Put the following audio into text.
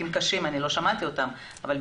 אני לא שמעתי את המשפטים האלה אבל,